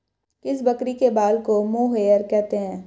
किस बकरी के बाल को मोहेयर कहते हैं?